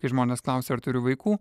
kai žmonės klausia ar turiu vaikų